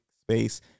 space